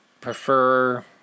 prefer